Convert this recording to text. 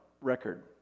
record